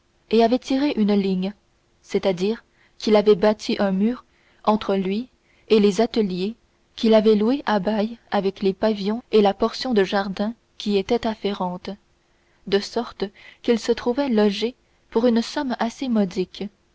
et avait tiré une ligne c'est-à-dire qu'il avait bâti un mur entre lui et les ateliers qu'il avait loués à bail avec les pavillons et la portion du jardin qui y était afférente de sorte qu'il se trouvait logé pour une somme assez modique